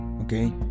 okay